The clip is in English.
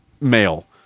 male